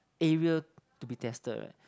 area to be tested right